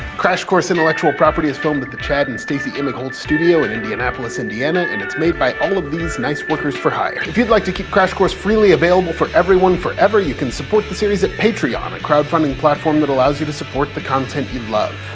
crash course intellectual property is filmed at the chad and stacy emigholz studio in indianapolis, indiana and it's made by all of these nice workers for hire. if you'd like to keep crash course freely available for everyone forever, you can support the series at patreon um a crowdfunding platform that allows you to support the content you love.